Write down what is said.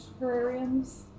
terrariums